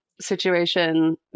situation